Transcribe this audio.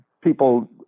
people